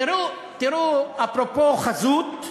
תראו, אפרופו חזות,